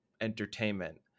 entertainment